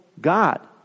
God